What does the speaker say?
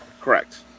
Correct